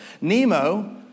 Nemo